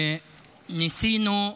ניסינו,